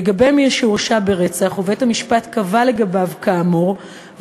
לגבי מי שהורשע ברצח ובית-המשפט קבע לגביו כאמור,